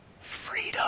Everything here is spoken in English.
freedom